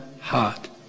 heart